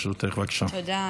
תודה.